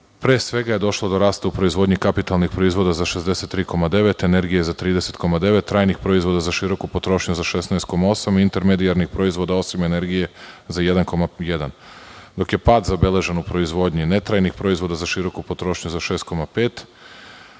od 2,2%. Došlo je do rasta u proizvodnji kapitalnih proizvoda za 63,9, energije za 30,9, trajnih proizvoda za široku potrošnju za 6,8, intermedijalnih proizvoda, osim energije, za 1,1%. Pad je zabeležen u proizvodnji ne trajnih proizvoda za široku potrošnju za 6,5.